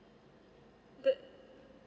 the